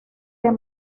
del